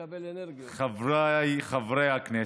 חבריי חברי הכנסת,